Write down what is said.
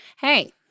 hey